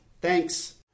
Thanks